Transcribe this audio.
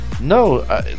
No